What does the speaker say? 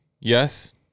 yes